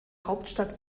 hauptstadt